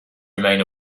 remain